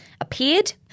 appeared